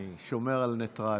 אני שומר על ניטרליות.